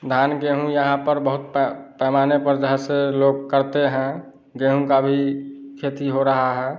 धान गेहूं यहाँ पर बहुत पै पैमाने पर जो है से लोग करते हैं गेहूं का भी खेती हो रहा है